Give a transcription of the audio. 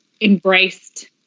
embraced